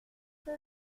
que